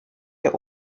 der